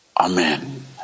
Amen